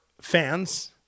fans